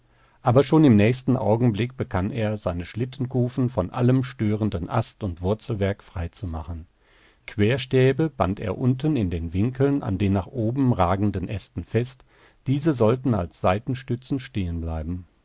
aber schon im nächsten augenblick begann er seine schlittenkufen von allem störenden ast und wurzelwerk freizumachen querstäbe band er unten in den winkeln an den nach oben ragenden ästen fest diese sollten als seitenstützen stehenbleiben